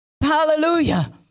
Hallelujah